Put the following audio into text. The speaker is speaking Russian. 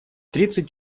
тридцать